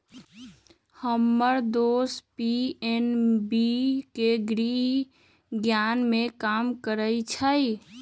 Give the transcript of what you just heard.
हम्मर दोस पी.एन.बी के गृह ऋण में काम करइ छई